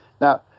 Now